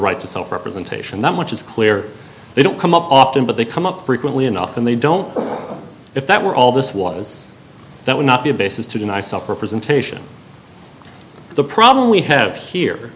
right to self representation that much is clear they don't come up often but they come up frequently enough and they don't if that were all this was that would not be a basis to deny self for presentation the problem we have here